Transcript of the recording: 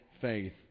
faith